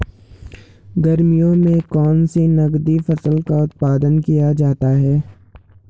गर्मियों में कौन सी नगदी फसल का उत्पादन किया जा सकता है?